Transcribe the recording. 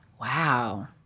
Wow